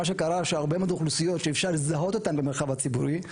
מה שקרה הוא שהרבה מאוד אוכלוסיות שאפשר לזהות אותן במרחב הציבורי,